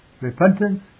Repentance